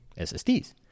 SSDs